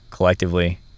collectively